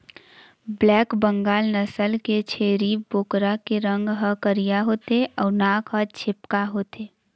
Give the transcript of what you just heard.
black Bengal नसल के छेरी बोकरा के रंग ह करिया होथे अउ नाक ह छेपका होथे